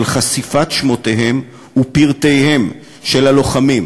חשיפת שמותיהם ופרטיהם של הלוחמים,